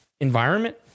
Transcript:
environment